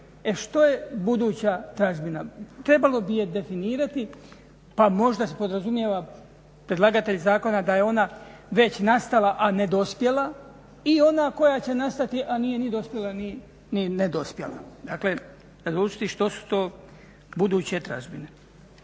što je buduća tražbina, trebalo bi je definirati pa možda podrazumijeva predlagatelj zakona da je ona već nastala a ne dospjela i onda koja će nastati a nije ni dospjela ni nedospjela, dakle razlučiti što su to buduće tražbine.